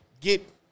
get